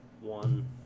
one